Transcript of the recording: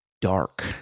dark